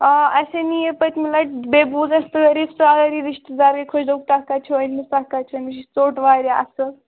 آ اَسہِ نِیے پٔتمہِ لَٹہِ بیٚیہِ بوٗز اَسہِ سٲری سٲری رِشتہٕ دارٕے کھٔجوکھ تۄہہِ کَتہِ چھو أنمِس تۄہہِ کَتہِ چھو أمِس یہِ ژوٚٹ واریاہ اَصٕل